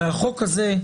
הרי החוק הזה,